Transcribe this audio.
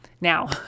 Now